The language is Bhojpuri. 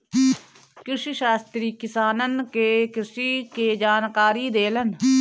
कृषिशास्त्री किसानन के कृषि के जानकारी देलन